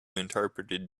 interpreted